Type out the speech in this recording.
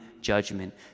judgment